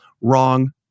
Wrong